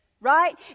right